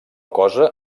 cosa